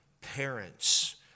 parents